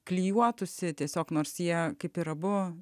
klijuotųsi tiesiog nors jie kaip ir abu